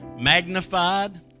magnified